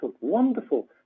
wonderful